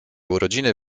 urodziny